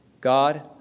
God